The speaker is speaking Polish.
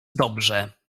dobrze